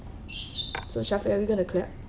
so shaf are we going to clap